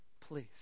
Please